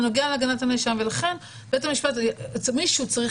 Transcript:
זה נוגע להגנת הנאשם ולכן בית המשפט או מישהו צריך